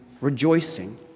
rejoicing